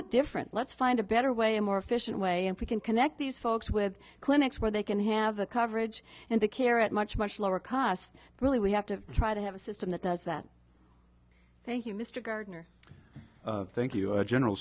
it different let's find a better way a more efficient way if we can connect these folks with clinics where they can have the coverage and the care at much much lower cost really we have to try to have a system that does that thank you mr gardner thank you general